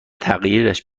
تغییرش